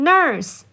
Nurse